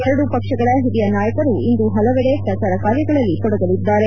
ಎರಡೂ ಪಕ್ಷಗಳ ಹಿರಿಯ ನಾಯಕರು ಇಂದು ಪಲವೆಡೆ ಪ್ರಚಾರ ಕಾರ್ಯಗಳಲ್ಲಿ ತೊಡಗಲಿದ್ದಾರೆ